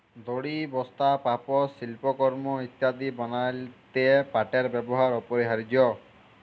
দড়ি, বস্তা, পাপস, সিল্পকরমঅ ইত্যাদি বনাত্যে পাটের ব্যেবহার অপরিহারয অ